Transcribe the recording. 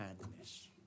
kindness